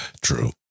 True